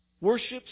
worships